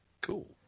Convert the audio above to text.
Cool